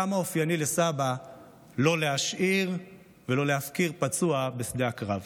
כמה אופייני לסבא לא להשאיר ולא להפקיר פצוע בשדה הקרב.